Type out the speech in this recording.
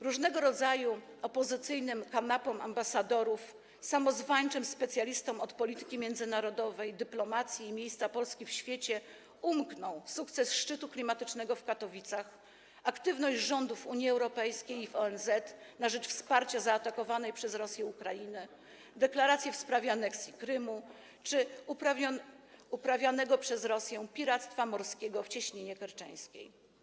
Różnego rodzaju opozycyjnym „kanapom ambasadorów”, samozwańczym specjalistom od polityki międzynarodowej, dyplomacji i miejsca Polski w świecie umknął sukces szczytu klimatycznego w Katowicach, aktywność rządu w Unii Europejskiej i w ONZ na rzecz wsparcia zaatakowanej przez Rosję Ukrainy, deklaracje w sprawie aneksu Krymu czy uprawianego przez Rosję piractwa morskiego w Cieśninie Kerczeńskiej.